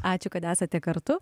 ačiū kad esate kartu